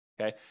okay